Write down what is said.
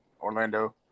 Orlando